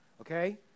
Okay